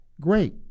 great